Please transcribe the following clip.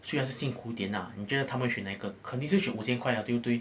虽然是辛苦点啦你觉得他会选哪一个肯定是选五千块啊对不对